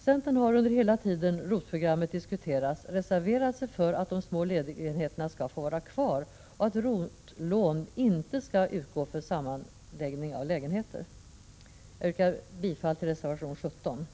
Centern har under hela den tid 4” som ROT-programmet diskuterats reserverat sig för att de små lägenheterna skall få vara kvar och att ROT-lån inte skall utgå för sammanläggning av lägenheter. Jag yrkar bifall till reservation 17.